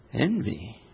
Envy